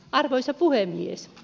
arvoisa puhemies